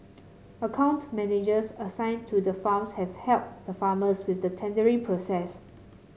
account managers assigned to the farms have helped the farmers with the tendering process